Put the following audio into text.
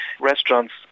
restaurants